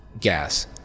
gas